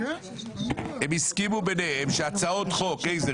הם הסכימו ביניהם שהצעות חוק איזה?